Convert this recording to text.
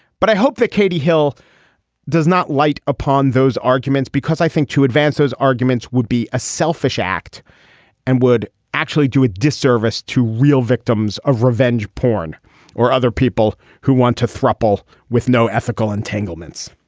but i hope that katie hill does not light upon those arguments because i think to advance those arguments would be a selfish act and would actually do a disservice to real victims of revenge porn or other people who want to throw apple with no ethical entanglements